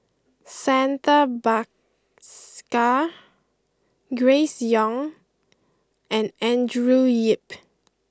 Santha Bhaskar Grace Young and Andrew Yip